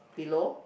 below